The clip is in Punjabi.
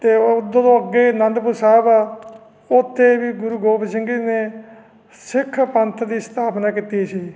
ਅਤੇ ਉਦੋਂ ਅੱਗੇ ਅਨੰਦਪੁਰ ਸਾਹਿਬ ਆ ਉੱਥੇ ਵੀ ਗੁਰੂ ਗੋਬਿੰਦ ਸਿੰਘ ਜੀ ਨੇ ਸਿੱਖ ਪੰਥ ਦੀ ਸਥਾਪਨਾ ਕੀਤੀ ਸੀ